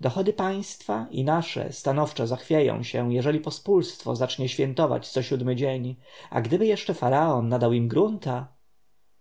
dochody państwa i nasze stanowczo zachwieją się jeżeli pospólstwo zacznie świętować co siódmy dzień a gdyby jeszcze faraon nadał im grunta